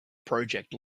project